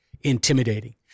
intimidating